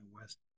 west